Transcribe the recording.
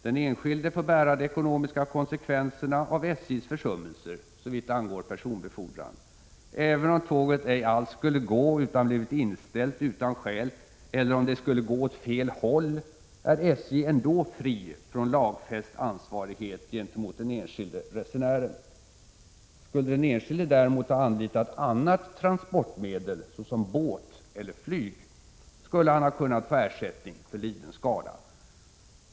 Den enskilde får bära de ekonomiska konsekvenserna av SJ:s försummelser såvitt angår personbefordran. Även om tåget ej alls skulle gå utan blivit inställt utan skäl eller om det skulle gå åt fel håll, är SJ fri från lagfäst ansvarighet gentemot den enskilde resenären. Skulle den enskilde däremot ha anlitat annat transportmedel, såsom båt eller flyg, skulle han ha kunnat få ersättning för liden skada.